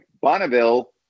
Bonneville